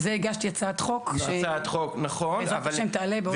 על זה הגשתי הצעת חוק שבעזרת השם תעלה בעוד שבוע.